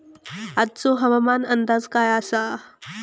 आजचो हवामान अंदाज काय आसा?